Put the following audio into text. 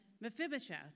Mephibosheth